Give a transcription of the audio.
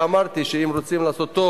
מאמץ את אחת ההסתייגויות ומבקש להצביע עליה?